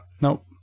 Nope